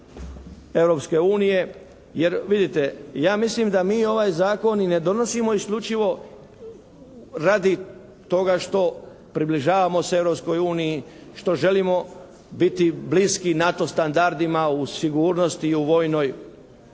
Jer vidite, ja mislim da mi ovaj Zakon i ne donosimo isključivo radi toga što približavamo se Europskoj uniji, što želimo biti bliski NATO standardima u sigurnosti i u vojnoj